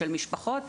של משפחות,